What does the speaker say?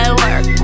work